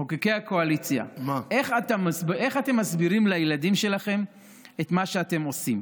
מחוקקי הקואליציה: איך אתה מסבירים לילדים שלכם את מה שאתם עושים?